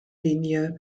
linie